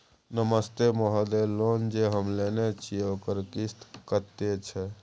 नमस्ते महोदय, लोन जे हम लेने छिये ओकर किस्त कत्ते छै?